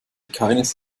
keines